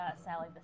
Sally